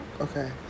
Okay